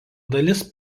dalis